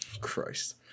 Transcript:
Christ